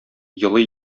елый